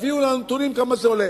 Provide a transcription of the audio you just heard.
תביאו לנו נתונים כמה זה עולה.